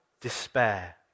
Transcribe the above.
despair